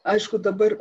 aišku dabar